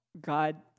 God